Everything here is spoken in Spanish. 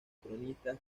cronistas